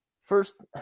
First